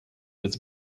was